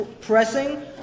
pressing